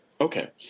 Okay